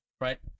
right